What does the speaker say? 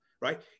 right